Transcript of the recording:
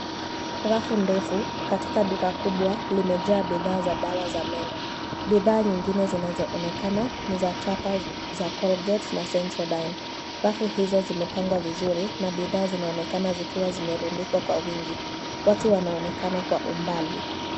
Rafu ndefu katika duka kubwa limejaa bidhaa za dawa ya meno. Bidhaa nyingine zinazoonekana ni za chapa za Colgate na Sensodyne . Rafu hizo zimepangwa vizuri na bidhaa zinaonekana zikiwa zimerundikwa kwa wingi. Watu wanaonekana kwa umbali.